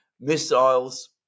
missiles